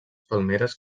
palmeres